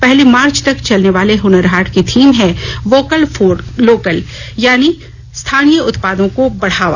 पहली मार्च तक चलने वाले हनर हाट की थीम है वोकल फॉर लोकल यानि स्थानीय उत्पादों को बढ़ावा